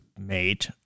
made